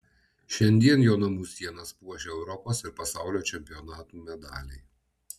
šiandien jo namų sienas puošia europos ir pasaulio čempionatų medaliai